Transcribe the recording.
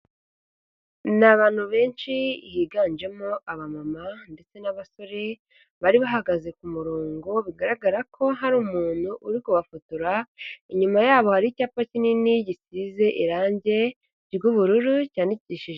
Ni abantu benshi, higanjemo aba mama ndetse n'abasore, bari bahagaze ku kumurongo, bigaragara ko hari umuntu uri kubafotora, inyuma yabo hari icyapa kinini gisize irangi ry'ubururu, cyandikishije.